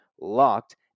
LOCKED